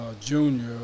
Junior